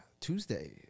Tuesday